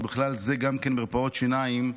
ובכלל זה גם כן מרפאות שיניים,